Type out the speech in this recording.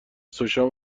سوشا